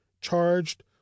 charged